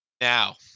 Now